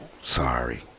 Sorry